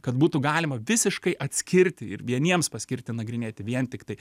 kad būtų galima visiškai atskirti ir vieniems paskirti nagrinėti vien tiktai